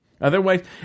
Otherwise